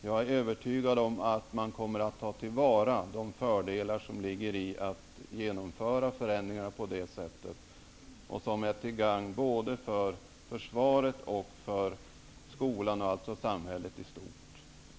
Jag är övertygad om att man kommer att ta till vara de fördelar som uppstår vid ett sådant genomförande, fördelar som är till gagn både för försvaret och för samhället i stort.